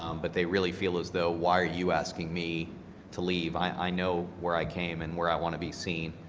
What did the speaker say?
um but they really feel is though why are you asking me to leave, i know where i came in and where i want to be seen,